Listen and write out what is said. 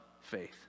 faith